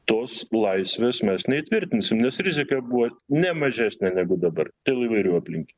tos laisvės mes neįtvirtinsim nes rizika ir buvo ne mažesnė negu dabar dėl įvairių aplinky